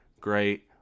great